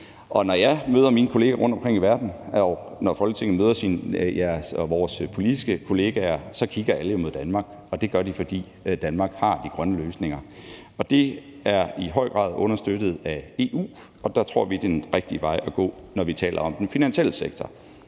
Når jeg møder mine kollegaer rundtomkring i verden, og når vi i Folketinget møder vores politiske kollegaer , så kigger alle jo mod Danmark, og det gør de, fordi Danmark har de grønne løsninger, og det er i høj grad understøttet af EU, og det tror vi er den rigtige vej at gå, når vi taler om den finansielle sektor.